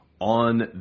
on